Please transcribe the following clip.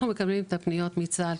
אנחנו מקבלים את הפניות מצה"ל.